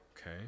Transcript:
okay